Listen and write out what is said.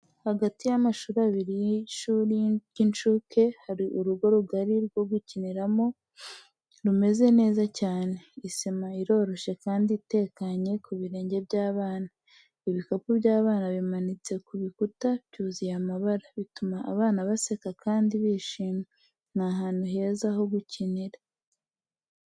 Hagati y’amashuri abiri y’ishuri ry’incuke, hari urugo rugari rwo gukiniramo rumeze neza cyane. Isima iroroshye kandi itekanye ku birenge by’abana. Ibikapu by'abana bimanitse ku bikuta, byuzuye amabara, bituma abana baseka kandi bishima. Ni ahantu heza ho gukurira.